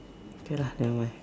okay lah nevermind